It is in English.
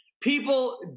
people